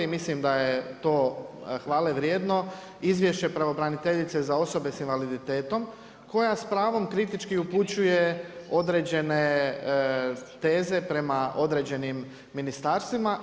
Mislim da je to hvale vrijedno izvješće pravobraniteljice za osobe sa invaliditetom koja s pravom kritički upućuje određene teze prema određenim ministarstvima.